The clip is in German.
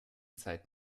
zeit